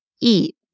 eat